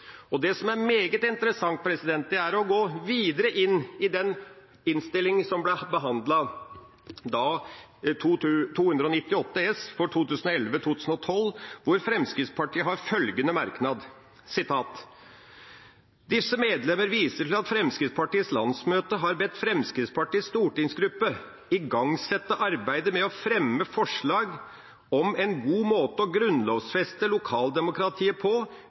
Det som er meget interessant, er å gå videre inn i den innstillinga som ble behandlet da, Innst. 298 S for 2011–2012, hvor Fremskrittspartiet har følgende merknad: «Disse medlemmer viser til at Fremskrittspartiets landsmøte har bedt Fremskrittspartiets stortingsgruppe igangsette arbeidet med å fremme forslag om en god måte å grunnlovsfeste lokaldemokratiet på